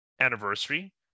anniversary